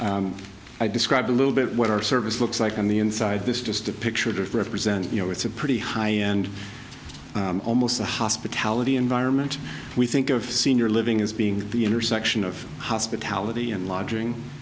i describe a little bit what our service looks like on the inside this just a picture that represents you know it's a pretty high and almost a hospitality environment we think of senior living as being the intersection of hospitality and lodging